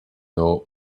know